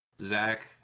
Zach